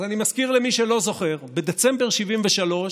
אז אני מזכיר למי שלא זוכר: בדצמבר 73'